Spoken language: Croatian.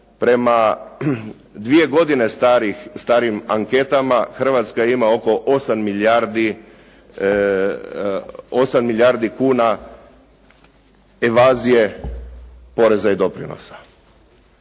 prema dvije godine starijim anketama Hrvatska ima oko 8 milijardi kuna evazije poreza i doprinosa.